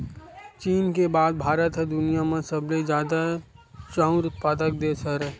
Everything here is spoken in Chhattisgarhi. चीन के बाद भारत ह दुनिया म सबले जादा चाँउर उत्पादक देस हरय